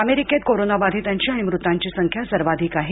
अमेरिकेत कोरोनाबाधिताची आणि मृतांची संख्या सर्वाधिक आहे